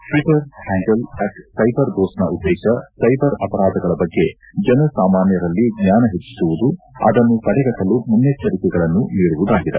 Twitter handle ಸೈಬರ್ದೋಸ್ತ್ನ ಉದ್ದೇಶ cyber ಅಪರಾಧಗಳ ಬಗ್ಗೆ ಜನಸಾಮಾನ್ಯರಲ್ಲಿ ಜ್ವಾನ ಹೆಚ್ಚಿಸುವುದು ಅದನ್ನು ತಡೆಗಟ್ಟಲು ಮುನ್ನೆಚ್ಚರಿಕೆಗಳನ್ನು ನೀಡುವುದಾಗಿದೆ